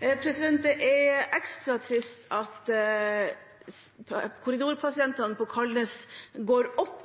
er ekstra trist at antallet korridorpasienter på Kalnes går opp